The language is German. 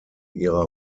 ihrer